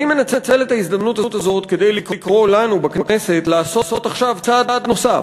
אני מנצל את ההזדמנות הזאת כדי לקרוא לנו בכנסת לעשות עכשיו צעד נוסף.